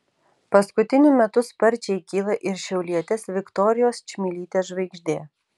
paskutiniu metu sparčiai kyla ir šiaulietės viktorijos čmilytės žvaigždė